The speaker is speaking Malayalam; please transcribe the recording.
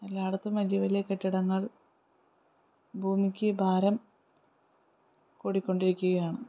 എല്ലായിടത്തും വലിയ വലിയ കെട്ടിടങ്ങൾ ഭൂമിക്ക് ഭാരം കൂടിക്കൊണ്ടിരിക്കുകയാണ്